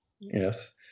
Yes